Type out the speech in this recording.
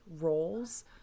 roles